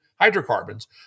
hydrocarbons